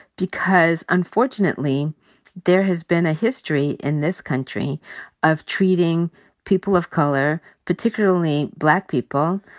because unfortunately there has been a history in this country of treating people of color, particularly black people,